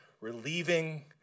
relieving